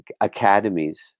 academies